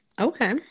Okay